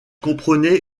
comprenait